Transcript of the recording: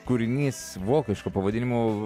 kūrinys vokišku pavadinimu